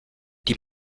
die